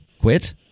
Quit